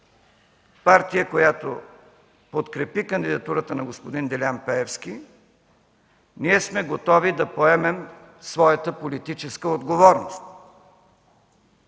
партия, която подкрепи кандидатурата на господин Делян Пеевски, сме готови да поемем своята политическа отговорност.